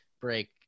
break